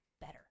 better